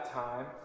time